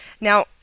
Now